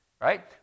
right